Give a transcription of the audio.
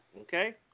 okay